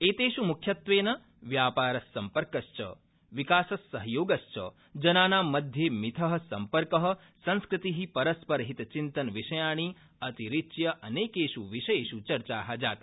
एत्यू मुख्यत्वर्म व्यापारस्सम्पर्कश्च विकासस्सहयोगश्च जनानां मध्यडिथ सम्पर्क संस्कृति परस्परहितचिन्तनविषयाणि अतिरिच्य अनक्की विषया चर्चा जाता